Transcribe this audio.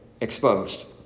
exposed